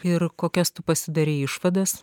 ir kokias tu pasidarei išvadas